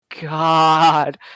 God